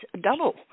double